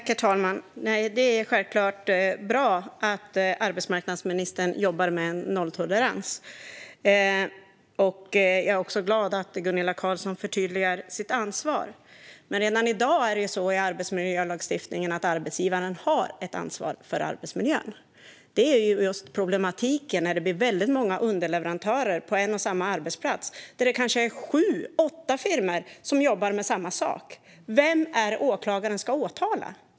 Herr talman! Det är självklart bra att arbetsmarknadsministern jobbar med nolltolerans. Jag är också glad att Gunilla Carlsson förtydligar ansvaret. Men redan i dag finns ett ansvar för arbetsmiljön för arbetsgivaren i arbetsmiljölagstiftningen. Problemet uppstår när det är många underleverantörer på en och samma arbetsplats. Det är kanske sju åtta firmor som jobbar med samma sak. Vem ska åklagaren åtala?